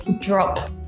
drop